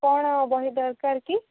କ'ଣ ବହି ଦରକାର କି